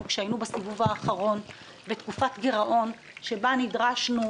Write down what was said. כשהיינו בסיבוב האחרון בתקופת גירעון שבה נדרשנו